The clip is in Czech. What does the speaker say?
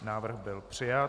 Návrh byl přijat.